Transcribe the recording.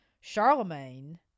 Charlemagne